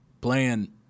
playing